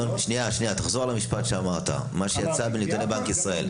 תחזור על המשפט שאמרת, מה שיצא בנתוני בנק ישראל.